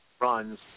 runs